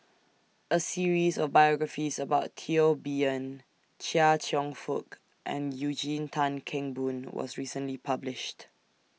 A series of biographies about Teo Bee Yen Chia Cheong Fook and Eugene Tan Kheng Boon was recently published